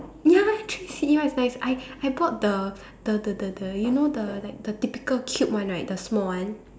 ya three C E one is nice I I bought the the the the you know the like the typical cute one right the small one